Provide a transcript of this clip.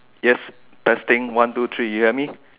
yes testing one two three you hear me